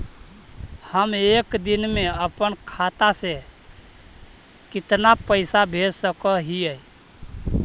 हम एक दिन में अपन खाता से कितना पैसा भेज सक हिय?